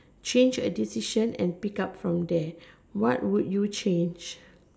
change a decision and pick up from there what would you change